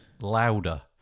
louder